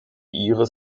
iris